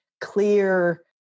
clear